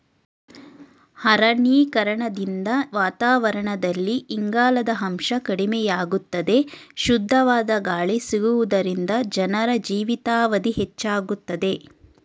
ಅರಣ್ಯೀಕರಣದಿಂದ ವಾತಾವರಣದಲ್ಲಿ ಇಂಗಾಲದ ಅಂಶ ಕಡಿಮೆಯಾಗುತ್ತದೆ, ಶುದ್ಧವಾದ ಗಾಳಿ ಸಿಗುವುದರಿಂದ ಜನರ ಜೀವಿತಾವಧಿ ಹೆಚ್ಚಾಗುತ್ತದೆ